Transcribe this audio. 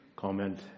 comment